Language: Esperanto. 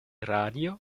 radio